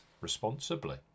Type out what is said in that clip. responsibly